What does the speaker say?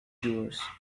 doers